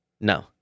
no